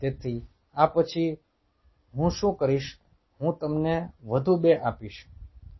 તેથી આ પછી હું શું કરીશ હું તમને વધુ 2 આપીશ